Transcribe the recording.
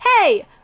hey